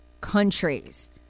countries